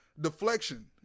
deflection